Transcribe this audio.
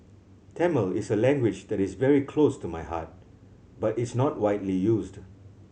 Tamil is a language that is very close to my heart but it's not widely used